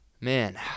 Man